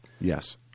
Yes